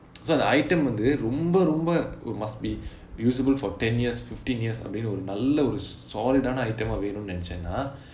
so the item வந்து ரொம்ப ரொம்ப:vanthu romba romba must be usable for ten years fifteen years அப்படினு ஒரு நல்ல ஒரு:appadinu oru nalla oru solid ஆன:aana item ah வேணும்னு நினைட்சேனா:venumnu ninaitchaenaa